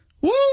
Woo